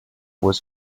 was